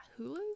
Hulu